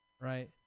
right